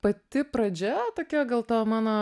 pati pradžia tokia gal ta mano